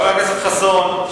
חבר הכנסת חסון,